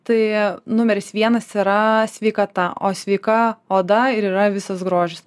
tai numeris vienas yra sveikata o sveika oda ir yra visas grožis